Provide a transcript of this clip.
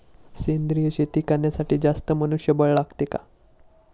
सेंद्रिय शेती करण्यासाठी जास्त मनुष्यबळ लागते का?